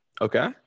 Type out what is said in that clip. Okay